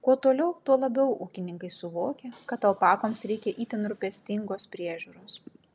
kuo toliau tuo labiau ūkininkai suvokia kad alpakoms reikia itin rūpestingos priežiūros